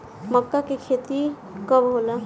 मक्का के खेती कब होला?